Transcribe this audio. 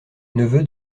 neveu